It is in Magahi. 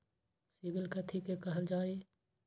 सिबिल कथि के काहल जा लई?